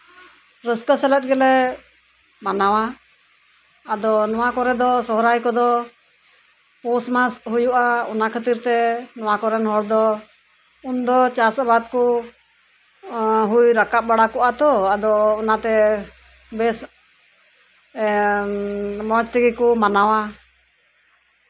ᱨᱟᱹᱥᱠᱟᱹ ᱥᱮᱞᱮᱫ ᱜᱮᱞᱮ ᱢᱟᱱᱟᱣᱟ ᱟᱫᱚ ᱱᱚᱣᱟ ᱠᱚᱨᱮ ᱫᱚ ᱥᱚᱨᱦᱟᱭ ᱠᱚᱫᱚ ᱯᱳᱥ ᱢᱟᱥ ᱦᱩᱭᱩᱜᱼᱟ ᱚᱱᱟ ᱠᱷᱟᱹᱛᱤᱨ ᱛᱮ ᱱᱚᱣᱟ ᱠᱚᱨᱮᱱ ᱦᱚᱲ ᱫᱚ ᱩᱱ ᱫᱚ ᱪᱟᱥ ᱟᱵᱟᱫ ᱠᱩ ᱮᱜ ᱦᱩᱭ ᱨᱟᱠᱟᱵ ᱵᱟᱲᱟ ᱠᱚᱜᱼᱟ ᱛᱚ ᱟᱫᱚ ᱚᱱᱟᱛᱮ ᱵᱮᱥ ᱮᱸᱜ ᱢᱚᱸᱡ ᱛᱮᱜᱮ ᱠᱩ ᱢᱟᱱᱟᱣᱟ